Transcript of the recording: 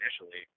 initially